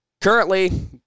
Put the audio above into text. Currently